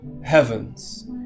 heavens